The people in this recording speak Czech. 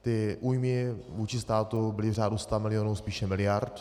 Ty újmy vůči státu byly v řádu stamilionů, spíše miliard.